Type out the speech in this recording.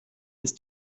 ist